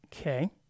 Okay